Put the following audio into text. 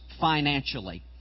financially